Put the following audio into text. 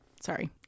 Sorry